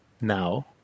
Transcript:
now